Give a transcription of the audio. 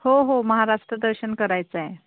हो हो महाराष्ट्र दर्शन करायचं आहे